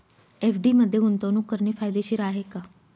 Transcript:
FD मध्ये गुंतवणूक करणे फायदेशीर आहे का?